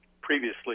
previously